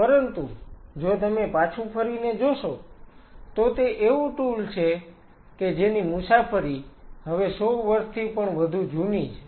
પરંતુ જો તમે પાછું ફરીને જોશો તો તે એવું ટુલ છે કે જેની મુસાફરી હવે 100 વર્ષથી પણ વધુ જૂની છે